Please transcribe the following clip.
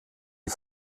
die